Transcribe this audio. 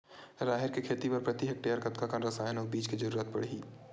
राहेर के खेती बर प्रति हेक्टेयर कतका कन रसायन अउ बीज के जरूरत पड़ही?